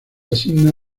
asigna